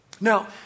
Now